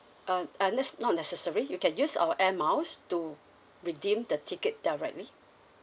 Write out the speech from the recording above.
uh ah that's not necessary you can use our air miles to redeem the ticket directly